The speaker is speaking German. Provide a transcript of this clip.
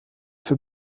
für